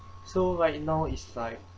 so right now is like